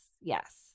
yes